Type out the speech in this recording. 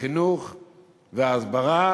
בחינוך והסברה,